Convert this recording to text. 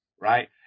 right